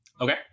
Okay